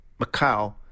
Macau